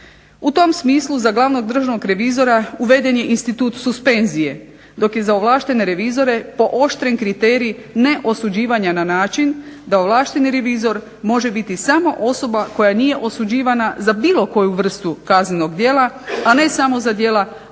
U tom smislu za glavnog državnog revizora uveden je institut suspenzije, dok je za ovlaštene revizore pooštren kriterij neosuđivanja na način da ovlašteni revizor može biti samo osoba koja nije osuđivana za bilo koju vrstu kaznenog djela, a ne samo za djela gospodarskog